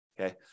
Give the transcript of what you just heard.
okay